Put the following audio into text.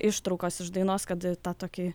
ištraukos iš dainos kad tą tokį